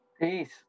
Peace